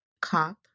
Cop